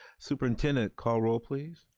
superintendent, call roll please.